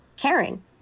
caring